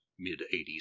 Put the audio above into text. mid-80s